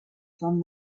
from